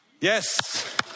Yes